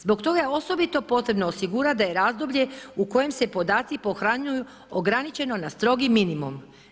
Zbog toga je osobito potrebno osigurati da je razdoblje u kojem se podaci pohranjuju ograničeno na strogi minimum.